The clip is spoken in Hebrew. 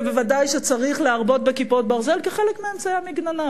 ודאי שצריך להרבות ב"כיפות ברזל" כחלק מאמצעי המגננה,